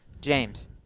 James